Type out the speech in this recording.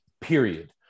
Period